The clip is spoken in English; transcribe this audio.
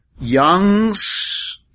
Young's